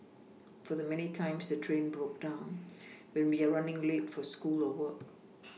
for the many times the train broke down when we are running late for school or work